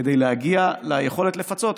כדי להגיע ליכולת לפצות.